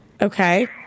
Okay